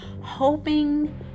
hoping